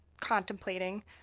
contemplating